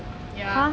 ya